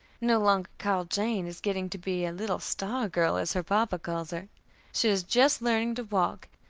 no longer called jane, is getting to be a little star girl as her papa calls her she is just learning to walk,